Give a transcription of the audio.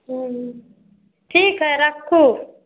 हुँ ठीक हइ राखू